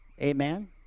Amen